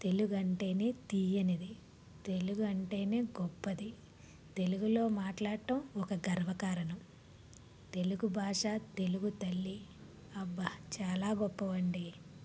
తెలుగు అంటేనే తీయనిది తెలుగు అంటేనే గొప్పది తెలుగులో మాట్లాడటం ఒక గర్వకారణం తెలుగు భాష తెలుగు తల్లి అబ్బ చాలా గొప్పవి అండి